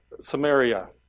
Samaria